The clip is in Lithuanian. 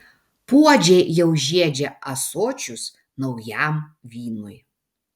puodžiai jau žiedžia ąsočius naujam vynui